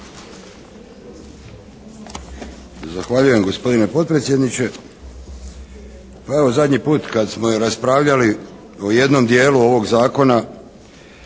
Zahvaljujem gospodine potpredsjedniče. Pa evo zadnji put kad smo raspravljali o jednom dijelu ovog Zakona,